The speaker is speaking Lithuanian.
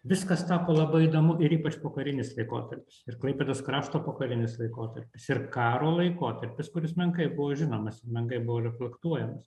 viskas tapo labai įdomu ir ypač pokarinis laikotarpis ir klaipėdos krašto pokarinis laikotarpis ir karo laikotarpis kuris menkai buvo žinomas menkai buvo reflektuojamas